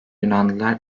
yunanlılar